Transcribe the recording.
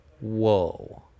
Whoa